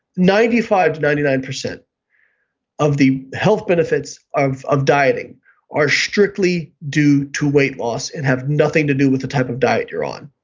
ninety five to ninety nine percent of the health benefits of of dieting are strictly due to weight loss and have nothing to do with the type of diet you're on.